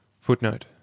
Footnote